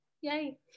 Yay